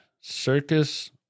Circus